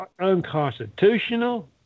unconstitutional